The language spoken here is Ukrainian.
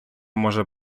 може